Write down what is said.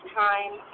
time